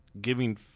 giving